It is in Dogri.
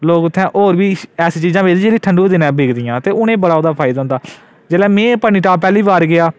लोक उत्थै ऐसियां चीजां बेचदे जेह्ड़ियां ठंडू दे दिनै बिकदियां उत्थै उ'नेंगी बड़ा फायदा होंदा जिसलै में पत्नीटाप पैह्ली बारी गेआ